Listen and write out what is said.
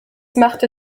machte